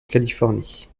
californie